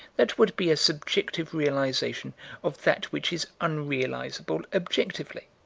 that would be a subjective realization of that which is unrealizable objectively.